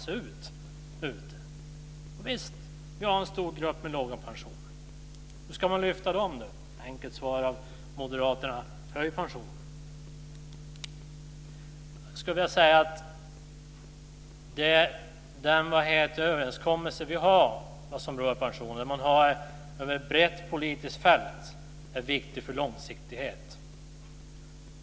Och visst, vi har en stor grupp med låga pensioner. Hur ska man lyfta dem? Ett enkelt svar från moderaterna är: Höj pensionen! Jag skulle vilja säga att den överenskommelse vi har som rör pensionerna, och som vi har över ett brett politiskt fält, är viktig för långsiktigheten.